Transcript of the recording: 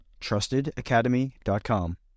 trustedacademy.com